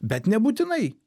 bet nebūtinai